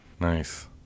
Nice